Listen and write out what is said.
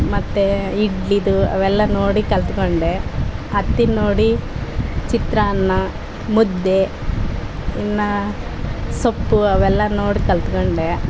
ಮತ್ತು ಇಡ್ಲಿದು ಅವೆಲ್ಲ ನೋಡಿ ಕಲಿತ್ಕೊಂಡೆ ಅತ್ತೆನ ನೋಡಿ ಚಿತ್ರಾನ್ನ ಮುದ್ದೆ ಇನ್ನು ಸೊಪ್ಪು ಅವೆಲ್ಲಾ ನೋಡಿ ಕಲಿತ್ಕೊಂಡೆ